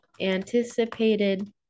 anticipated